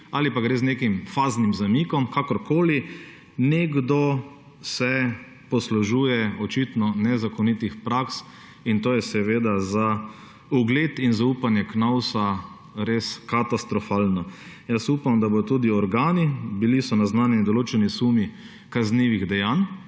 ali pa gre z nekim faznim zamikom, kakorkoli, nekdo se očitno poslužuje nezakonitih praks in to je seveda za ugled in zaupanje Knovsa res katastrofalno. Upam, da bodo tudi organi – bili so naznanjeni določeni sumi kaznivih dejanj